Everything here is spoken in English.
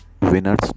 winners